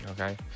Okay